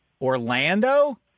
Orlando